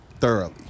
thoroughly